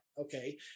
Okay